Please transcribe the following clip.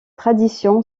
tradition